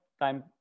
time